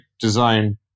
design